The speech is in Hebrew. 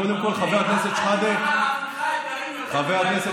אבל תאמץ את